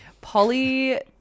Polly